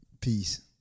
Peace